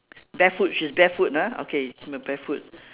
barefoot she's barefoot ah okay barefoot